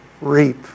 reap